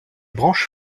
branches